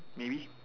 maybe